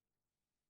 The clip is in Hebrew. וטיפול.